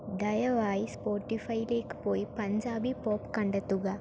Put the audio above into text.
ദയവായി സ്പോട്ടിഫൈലേക്ക് പോയി പഞ്ചാബി പോപ്പ് കണ്ടെത്തുക